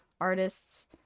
artists